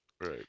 right